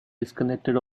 disconnected